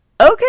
okay